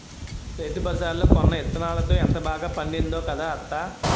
రైతుబజార్లో కొన్న యిత్తనాలతో ఎంత బాగా పండిందో కదా అత్తా?